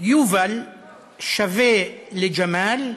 יובל שווה לג'מאל,